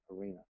arena